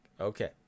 okay